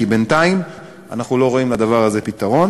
כי בינתיים אנחנו לא רואים לדבר הזה פתרון.